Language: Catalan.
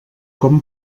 com